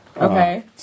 Okay